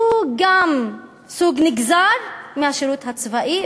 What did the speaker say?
שהוא גם סוג נגזר מהשירות הצבאי,